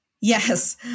Yes